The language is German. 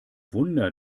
wunder